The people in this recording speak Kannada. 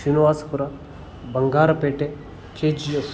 Srinivaspur Bangarpet K G F